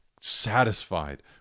satisfied